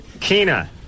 Kina